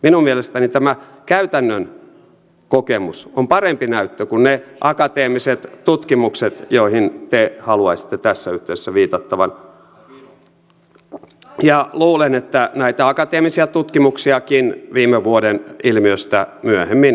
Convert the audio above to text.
minun mielestäni tämä käytännön kokemus on parempi näyttö kuin ne akateemiset tutkimukset joihin te haluaisitte tässä yhteydessä viitattavan ja luulen että näitä akateemisia tutkimuksiakin viime vuoden ilmiöstä myöhemmin tulee